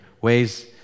ways